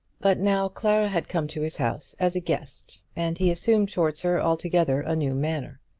but now clara had come to his house as a guest, and he assumed towards her altogether a new manner.